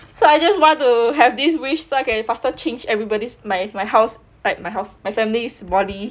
so I just want to have this wish so I can faster change everybody's my my house my house my family's body